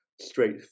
straight